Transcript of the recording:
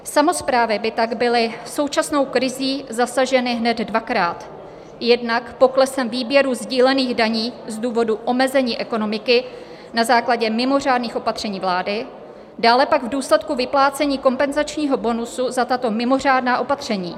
Samosprávy by tak byly současnou krizí zasaženy hned dvakrát, jednak poklesem výběru sdílených daní z důvodu omezení ekonomiky na základě mimořádných opatření vlády, dále pak v důsledku vyplácení kompenzačního bonusu za tato mimořádná opatření.